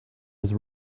his